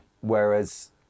whereas